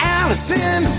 Allison